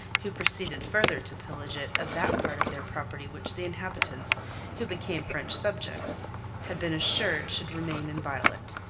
who proceeded further to pillage it of that part of their property which the inhabitants who became french subjects had been assured should remain inviolate.